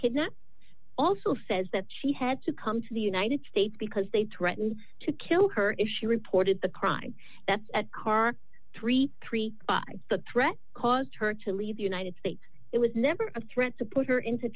kidnapped also says that she had to come to the united states because they threatened to kill her if she reported the crime that's at karr thirty three by the threat caused her to leave the united states it was never a threat to put her into